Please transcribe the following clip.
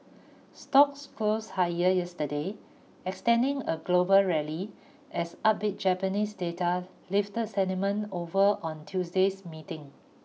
stocks closed higher yesterday extending a global rally as upbeat Japanese data lifted sentiment over on Tuesday's meeting